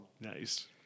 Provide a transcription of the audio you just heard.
Nice